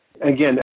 again